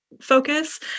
focus